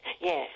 Yes